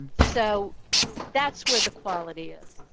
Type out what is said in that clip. so that's where the quality is.